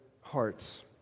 hearts